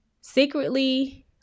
secretly